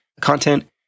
content